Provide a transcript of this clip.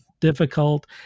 Difficult